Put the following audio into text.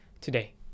today